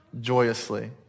joyously